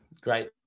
great